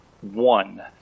one